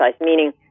meaning